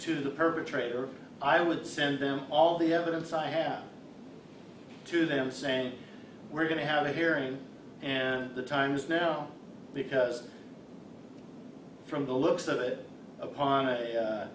to the perpetrator i would send them all the evidence i have to them saying we're going to have a hearing and the time is now because from the looks of it upon